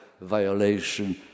violation